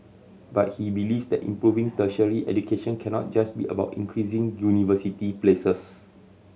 but he believes that improving tertiary education cannot just be about increasing university places